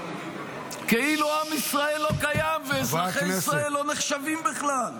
כאילו עם ישראל לא קיים ואזרחי ישראל לא נחשבים בכלל.